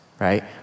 right